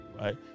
right